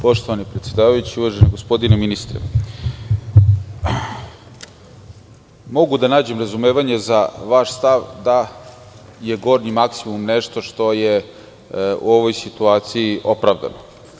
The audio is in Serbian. Poštovani predsedavajući, uvaženi gospodine ministre, mogu da nađem razumevanje za vaš stav da je gornji maksimum nešto što je u ovoj situaciji opravdano.